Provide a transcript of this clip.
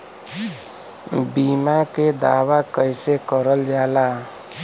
बीमा के दावा कैसे करल जाला?